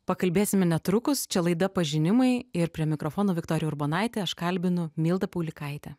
pakalbėsime netrukus čia laida pažinimai ir prie mikrofono viktorija urbonaitė aš kalbinu mildą paulikaitę